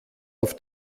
auf